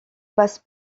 passe